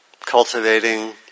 cultivating